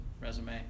resume